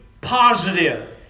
positive